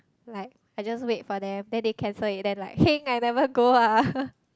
like I just wait for them then they cancelled it then like heng I never go ah